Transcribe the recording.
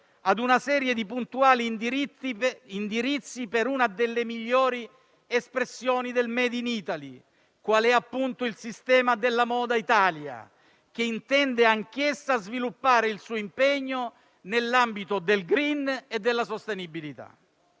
a una serie di puntuali indirizzi per una delle migliori espressioni del *made in Italy,* quale è appunto il sistema della moda Italia, che intende anch'esso sviluppare il suo impegno nell'ambito del *green* e della sostenibilità.